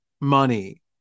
money